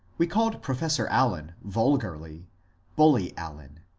we called professor allen vulgarly bully allen,